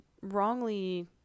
wrongly